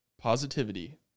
positivity